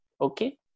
Okay